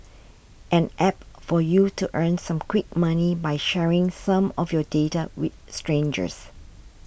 an App for you to earn some quick money by sharing some of your data with strangers